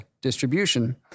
distribution